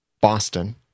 boston